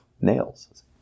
nails